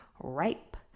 ripe